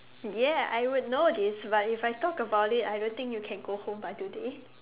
ya I would know this but if I talk about it I don't think you can go home by today